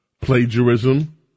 plagiarism